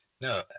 No